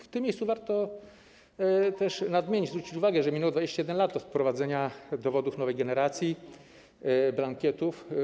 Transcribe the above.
W tym miejscu warto nadmienić, zwrócić uwagę, że minęło 21 lat od wprowadzenia dowodów nowej generacji, blankietów.